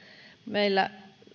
meillä